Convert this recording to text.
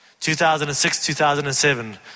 2006-2007